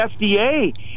FDA